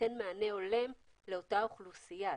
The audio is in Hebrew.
ייתן מענה הולם לאותה אוכלוסייה.